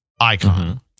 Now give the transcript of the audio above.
icon